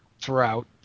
throughout